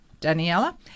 daniella